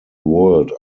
world